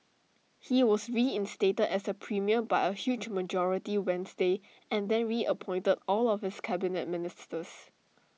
he was reinstated as premier by A huge majority Wednesday and then reappointed all of his Cabinet Ministers